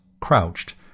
crouched